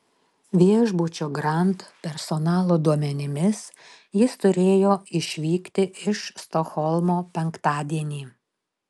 viešbučio grand personalo duomenimis jis turėjo išvykti iš stokholmo penktadienį